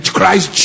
Christ